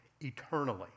eternally